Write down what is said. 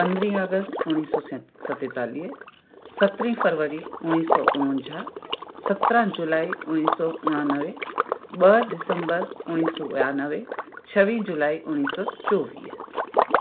पंद्रहं अगस्त उणिवीह सौ सतेतालीह सत्रहं फरवरी उणिवीह सौ उणवंजाहु सत्रहं जुलाई उणिवीह सौ उणानवे ॿ दिसंबर उणिवीह सौ ॿियानवे छवीह जुलाई उणिवीह सौ चोवीह